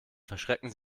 verschrecken